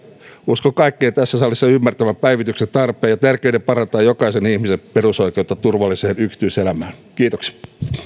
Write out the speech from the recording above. uskon kaikkien tässä salissa ymmärtävän päivityksen tarpeen ja tärkeyden parantaa jokaisen ihmisen perusoikeutta turvalliseen yksityiselämään kiitoksia